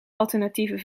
alternatieven